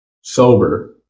Sober